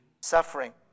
suffering